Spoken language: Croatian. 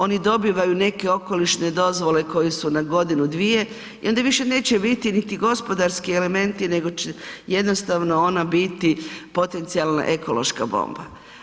Oni dobivaju neke okolišne dozvole koje su na godinu, dvije i onda više neće biti niti gospodarski elementi nego će jednostavno ona biti potencijalna ekološka bomba.